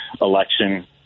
election